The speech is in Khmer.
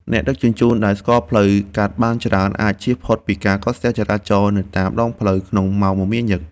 អ្នកដឹកជញ្ជូនដែលស្គាល់ផ្លូវកាត់បានច្រើនអាចជៀសផុតពីការកកស្ទះចរាចរណ៍នៅតាមដងផ្លូវក្នុងម៉ោងមមាញឹក។